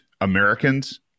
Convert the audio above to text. Americans